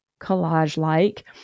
collage-like